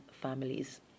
families